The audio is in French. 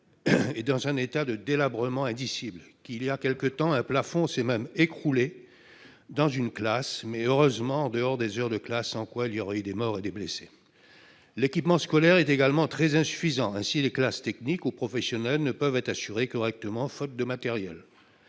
est dans un état de délabrement indicible. Voilà quelque temps, un plafond s'est même écroulé dans une classe, mais heureusement en dehors des heures d'enseignement, ce qui a évité de déplorer des morts et des blessés. L'équipement scolaire est également très insuffisant : ainsi, les classes techniques ou professionnelles ne peuvent être assurées correctement, faute de matériel.